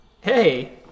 hey